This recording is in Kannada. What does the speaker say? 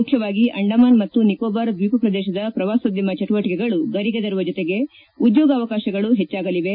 ಮುಖ್ಯವಾಗಿ ಅಂಡಮಾನ್ ಮತ್ತು ನಿಕೋಬಾರ್ ದ್ಲೀಪ ಪ್ರದೇಶದ ಪ್ರವಾಸೋದ್ಯಮ ಚಟುವಟಿಕೆಗಳು ಗರಿಗೆದರುವ ಜೊತೆಗೆ ಉದ್ಯೋಗಾವಕಾಶಗಳು ಹೆಚ್ಚಾಗಲಿವೆ